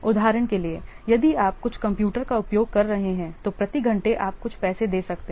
उदाहरण के लिए यदि आप कुछ कंप्यूटर का उपयोग कर रहे हैं तो प्रति घंटे आप कुछ पैसे दे सकते हैं